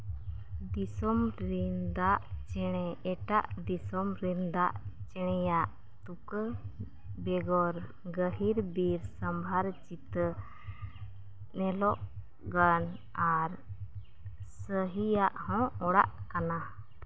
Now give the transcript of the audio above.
ᱫᱤᱥᱚᱢ ᱨᱮᱱ ᱫᱟᱜ ᱪᱮᱬᱮ ᱮᱴᱟᱜ ᱫᱤᱥᱚᱢ ᱨᱮᱱ ᱫᱟᱜ ᱪᱮᱬᱮᱭᱟᱜ ᱛᱩᱠᱟᱹ ᱵᱮᱜᱚᱨ ᱜᱟᱹᱦᱤᱨ ᱵᱤᱨ ᱥᱟᱢᱦᱟᱨ ᱪᱤᱛᱟᱹ ᱧᱮᱞᱚᱜ ᱠᱟᱱ ᱟᱨ ᱥᱟᱹᱦᱤᱭᱟᱜ ᱦᱚᱸ ᱚᱲᱟᱜ ᱠᱟᱱᱟ